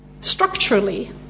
structurally